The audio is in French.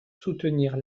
soutenir